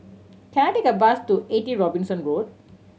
can I take a bus to Eighty Robinson Road